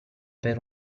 per